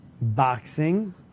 boxing